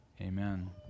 Amen